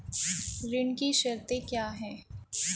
ऋण की शर्तें क्या हैं?